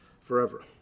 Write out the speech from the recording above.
forever